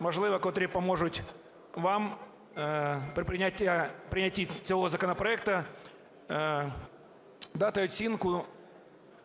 можливо, котрі поможуть вам при прийнятті цього законопроекту дати оцінку